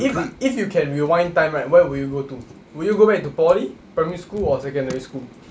eh but if you can rewind time right where would you go to will you go back to poly primary school or secondary school